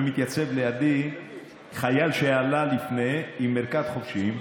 ומתייצב לידי חייל שעלה לפניי עם ערכת חובשים,